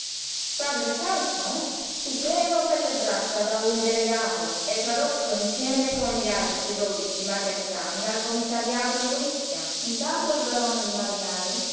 padre sarso fu preso per le braccia da un delegato e tradotto insieme con gli altri dodici margaritani al commissariato di polizia intanto il barone di